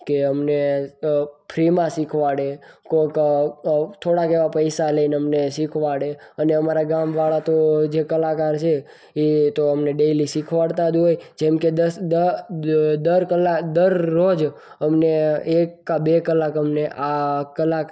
કે અમને ફ્રીમાં શીખવાડે કોઈક થોડા થોડાક એવા પૈસા લઈને અમને શીખવાડે અને અમારા ગામવાળા તો જે કલાકાર છે એ તો અમને ડેઇલી શીખવાડતા જ હોય છે જેમ કે દસ દર દ કલા દરરોજ અમને એક કામ બે કલાક અમને આ કલાક